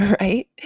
right